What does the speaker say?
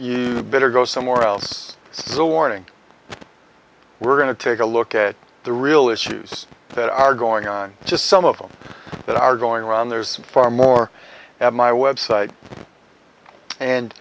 you better go somewhere else so warning we're going to take a look at the real issues that are going on just some of them that are going around there's far more at my website and